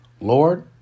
Lord